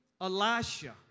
Elisha